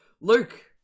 Luke